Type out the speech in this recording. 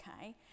okay